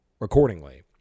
accordingly